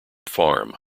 farm